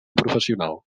professional